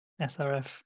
SRF